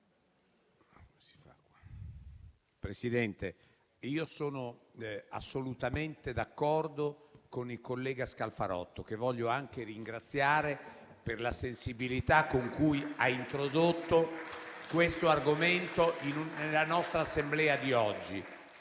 Presidente, sono assolutamente d'accordo con il collega Scalfarotto, che voglio anche ringraziare per la sensibilità con la quale ha introdotto l'argomento nella nostra Assemblea di oggi.